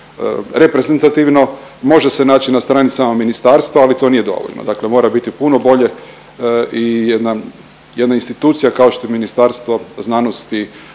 reprezentativno. Može se naći na stranicama ministarstva, ali to nije dovoljno, dakle mora biti puno bolje i jedna institucija kao što je Ministarstvo znanosti,